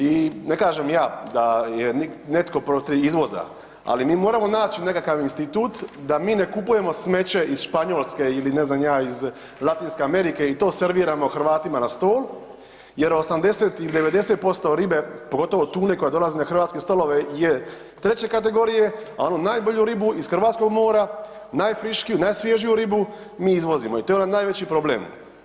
I ne kažem ja da je netko protiv izvoza ali mi moramo naći nekakav institut da mi ne kupujemo smeće iz Španjolske ili ne znam ni ja, iz Latinske Amerike, i to serviramo Hrvatima na stol jer 80 ili 90% ribe pogotovo tune koja dolazi na hrvatske stolove je treće kategorije a onu najbolju ribu iz hrvatskog mora, najfriškiju, najsvježiju ribu, mi izvozimo i to je onaj najveći problem.